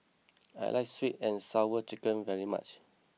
I like Sweet and Sour Chicken very much